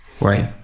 Right